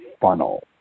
funnel